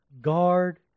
guard